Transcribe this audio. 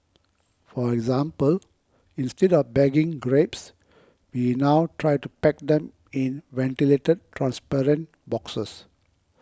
for example instead of bagging grapes we now try to pack them in ventilated transparent boxes